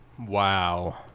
wow